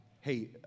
hey